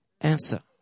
answer